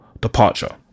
departure